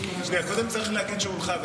קודם צריך להגיד שהיא הונחה,